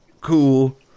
cool